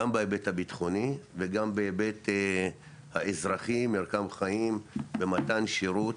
גם בהיבט הביטחוני וגם בהיבט האזרחי מרקם חיים ומתן שירות,